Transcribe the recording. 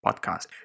podcast